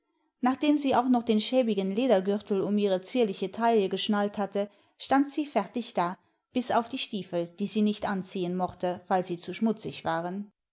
nachdem sie auch noch den schäbigen ledergürtel um ihre zierliche taille geschnallt hatte stand sie fertig da bis auf die stiefel die sie nicht anziehen mochte weil sie zu schmutzig waren